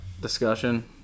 discussion